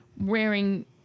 wearing